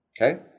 Okay